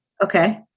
Okay